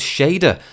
Shader